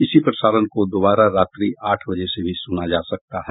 इसी प्रसारण को दोबारा रात्रि आठ बजे से भी सुना जा सकता है